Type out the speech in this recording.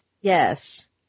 yes